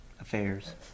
affairs